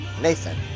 Nathan